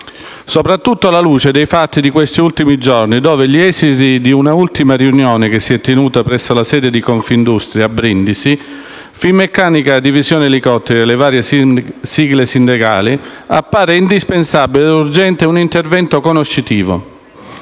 Soprattutto alla luce dei fatti degli ultimi giorni e dopo gli esiti dell'ultima riunione tenutasi in Confindustria a Brindisi, fra Finmeccanica Divisione elicotteri e le varie sigle sindacali, appare indispensabile e urgente un intervento conoscitivo.